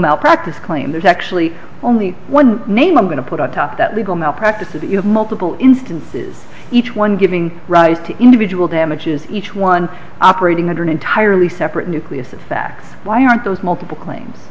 malpractise claim there's actually only one name i'm going to put on top that legal malpractise is that you have multiple instances each one giving rise to individual damages each one operating under an entirely separate nucleus of facts why aren't those multiple claims